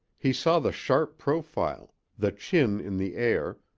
he saw the sharp profile, the chin in the air,